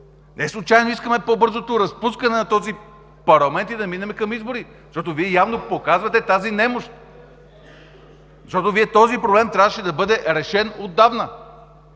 Неслучайно искаме по-бързото разпускане на този парламент и да минем към избори, защото Вие явно показвате тази немощ. Този проблем трябваше да бъде решен отдавна!